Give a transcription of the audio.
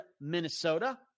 Minnesota